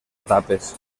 etapes